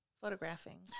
photographing